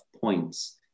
points